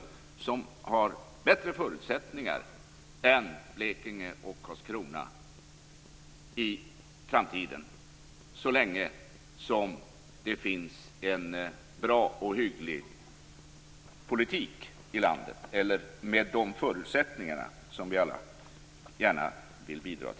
Varför i all världen flytta denna ut i landet?